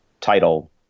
title